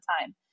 time